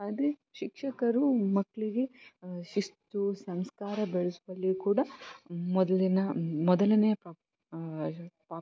ಅದೇ ಶಿಕ್ಷಕರೂ ಮಕ್ಕಳಿಗೆ ಶಿಸ್ತು ಸಂಸ್ಕಾರ ಬೆಳೆಸುವಲ್ಲಿ ಕೂಡ ಮೊದಲಿನ ಮೊದಲನೇ ಪ್ರಾಪ್